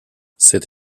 cette